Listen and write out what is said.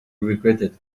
regretted